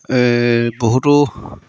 এই বহুতো